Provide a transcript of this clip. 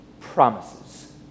promises